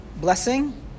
blessing